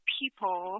people